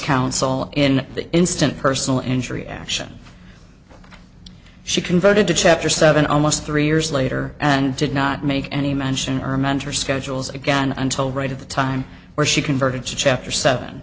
counsel in that instant personal injury action she converted to chapter seven almost three years later and did not make any mention our mentor schedules again until right at the time where she converted to chapter seven